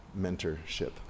mentorship